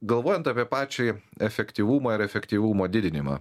galvojant apie pačiai efektyvumą ir efektyvumo didinimą